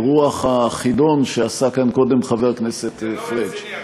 ברוח החידון שעשה כאן קודם חבר הכנסת פריג'